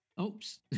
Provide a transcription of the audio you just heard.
Oops